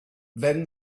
then